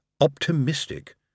optimistic